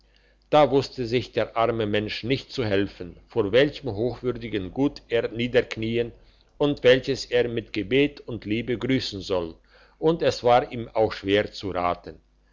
da wusste sich der arme mensch nicht zu helfen vor welchem hochwürdigen gut er niederknien und welches er mit gebet und liebe grüssen soll und es war ihm auch schwer zu raten